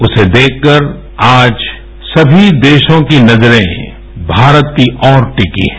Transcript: उसे देखकर आज सभी देशों की नजरें भारत की ओर टिकी है